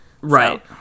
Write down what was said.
Right